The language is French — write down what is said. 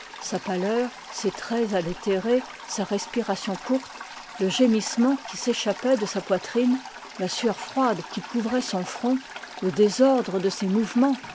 sa pâleur ses traits altérés sa respiration courte le gémissement qui s'échàppoit de sa poitrine la sueur froide qui couvroit son front le désordre de ses mouvemens